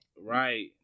Right